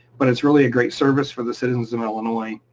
but it's really a great service for the citizens of illinois.